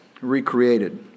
recreated